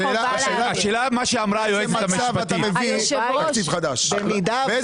באיזה מצב אתה מביא תקציב חדש?